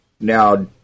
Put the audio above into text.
Now